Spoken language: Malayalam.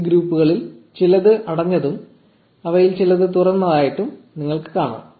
ഈ ഗ്രൂപ്പുകളിൽ ചിലത് അടഞ്ഞതും അവയിൽ ചിലത് തുറന്നതായിട്ടും നിങ്ങൾക്ക് കാണാം